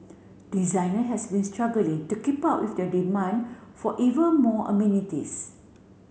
designer has been struggling to keep up with the demand for even more amenities